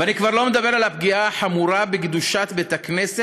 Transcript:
ואני כבר לא מדבר על הפגיעה החמורה בקדושת בית-הכנסת,